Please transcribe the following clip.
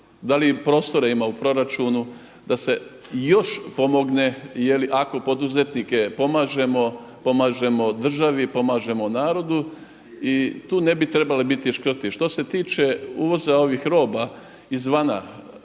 da li i prostore ima u proračunu da se još pomogne, jer ako poduzetnike pomažemo, pomažemo državi, pomažemo narodu i tu ne bi trebali biti škrti. Što se tiče uvoza ovih roba izvana